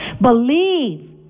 Believe